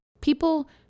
People